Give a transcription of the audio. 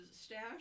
stash